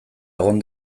egon